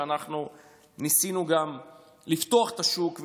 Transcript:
וניסינו לפתוח את השוק,